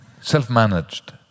self-managed